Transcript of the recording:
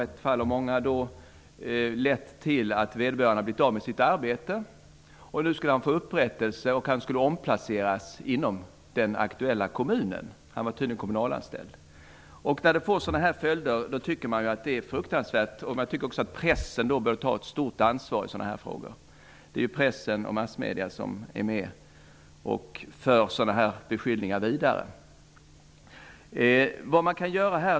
I det här fallet hade detta lett till att personen i fråga hade blivit av med sitt arbete. Nu skulle han få upprättelse. Han skulle omplaceras inom den aktuella kommunen; han var tydligen kommunalanställd. Att det blir sådana här följder är fruktansvärt. Man tycker att pressen bör ta ett stort ansvar i sådana här frågor. Det är ju pressen och massmedierna som är med om att föra sådana här beskyllningar vidare.